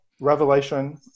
revelation